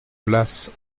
place